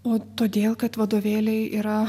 o todėl kad vadovėliai yra